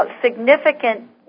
significant